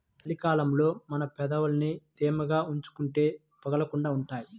చలి కాలంలో మన పెదవులని తేమగా ఉంచుకుంటే పగలకుండా ఉంటాయ్